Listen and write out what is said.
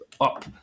up